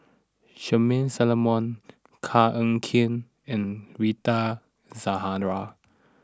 Charmaine Solomon Koh Eng Kian and Rita Zahara